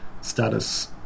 status